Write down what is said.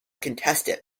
contested